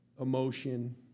emotion